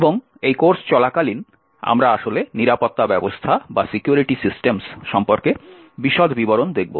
এবং এই কোর্স চলাকালীন আমরা আসলে নিরাপত্তা ব্যবস্থা সম্পর্কে বিশদ বিবরণ দেখব